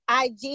IG